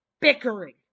bickering